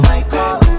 Michael